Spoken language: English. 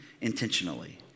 intentionally